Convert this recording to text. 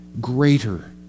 greater